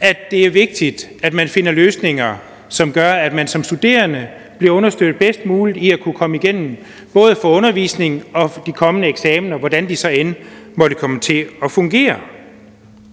det er vigtigt, at vi finder løsninger, som gør, at man som studerende bliver understøttet bedst muligt i at kunne komme igennem både at få undervisning og få de kommende eksamener, hvordan de så end måtte komme til at fungere.